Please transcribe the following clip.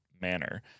manner